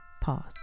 pause